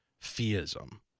theism